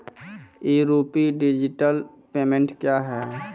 ई rupee digital payment क्या हैं?